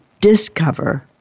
discover